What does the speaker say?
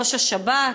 ראש השב"כ,